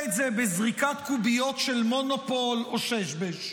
את זה בזריקת קוביות של מונופול או שש בש.